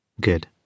Good